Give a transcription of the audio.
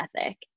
ethic